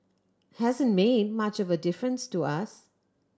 hasn't made much of a difference to us